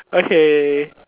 okay